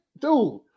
dude